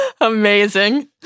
Amazing